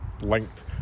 linked